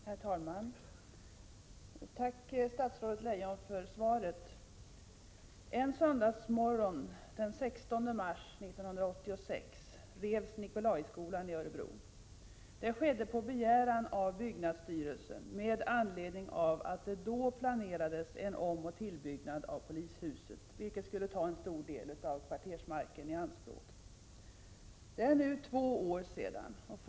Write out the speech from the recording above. Herr talman! Tack, statsrådet Leijon, för svaret. En söndagsmorgon, den 16 mars 1986, revs Nikolaiskolan i Örebro. Det skedde på begäran av byggnadsstyrelsen med anledning av att det planerades en omoch tillbyggnad av polishuset, vilken skulle ta en stor del av kvartersmarken i anspråk. Det är nu två år sedan detta skedde.